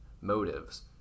motives